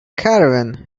caravan